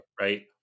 right